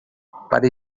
para